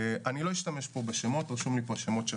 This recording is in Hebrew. אני לא אשתמש פה בשמות העובדים,